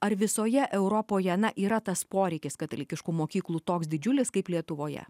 ar visoje europoje na yra tas poreikis katalikiškų mokyklų toks didžiulis kaip lietuvoje